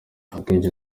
akenshi